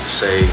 say